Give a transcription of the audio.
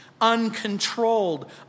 uncontrolled